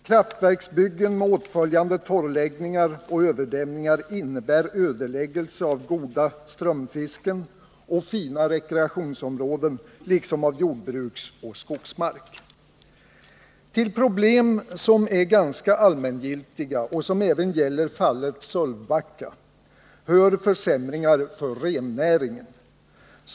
Kraftverksbyggen med åtföljande torrläggningar och överdämningar innebär ödeläggelse av goda strömfisken och fina rekreationsområden liksom av jordbruksoch skogsmark. Till problem som är ganska allmängiltiga och som även gäller fallet Sölvbacka hör försämringar för rennäringen.